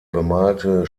bemalte